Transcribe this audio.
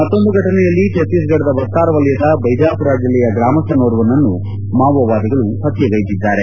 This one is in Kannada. ಮತ್ತೊಂದು ಘಟನೆಯಲ್ಲಿ ಚತ್ತೀಸ್ಗಢದ ಬಸ್ತಾರ್ ವಲಯದ ಬೈಜಾಪುರ ಜಿಲ್ಲೆಯ ಗ್ರಾಮಸ್ಥನೋರ್ವನನ್ನು ಮಾವೋವಾದಿಗಳು ಹತ್ಗಗೈದಿದ್ದಾರೆ